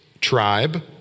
tribe